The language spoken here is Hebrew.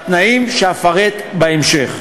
בתנאים שאפרט בהמשך.